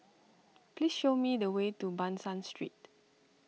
please show me the way to Ban San Street